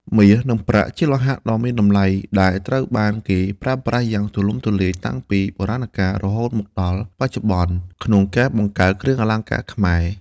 មាស និងប្រាក់ ជាលោហៈដ៏មានតម្លៃដែលត្រូវបានគេប្រើប្រាស់យ៉ាងទូលំទូលាយតាំងពីបុរាណកាល រហូតមកដល់បច្ចុប្បន្ន ក្នុងការបង្កើតគ្រឿងអលង្ការខ្មែរ។